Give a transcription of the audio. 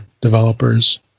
developers